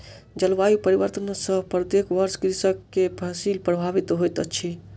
जलवायु परिवर्तन सॅ प्रत्येक वर्ष कृषक के फसिल प्रभावित होइत अछि